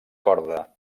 corda